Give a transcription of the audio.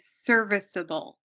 serviceable